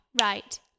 right